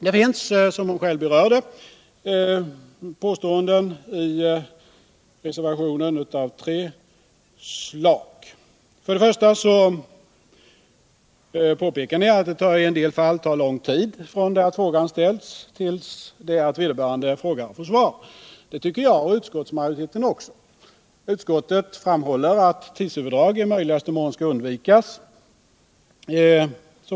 De påståenden som finns i reservationen och som Wivi-Anne Cederqvist ytterligare utvecklade är följande: För det första påpekas att det i en del fall tar lång tid från det att frågan ställts tills vederbörande frågare får svar. Det tycker jag och utskottsmajoriteten också. Utskottet framhåller att tidsöverdrag i möjligaste mån skall undvikas.